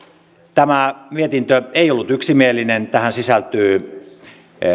tämä mietintö ei ollut yksimielinen tähän sisältyy